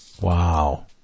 Wow